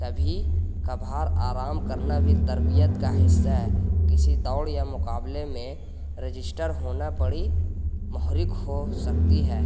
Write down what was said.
کبھی کبھار آرام کرنا بھی تربیت کا حصہ ہے کسی دوڑ یا مقابلے میں رجسٹر ہونا بڑی محرک ہو سکتی ہے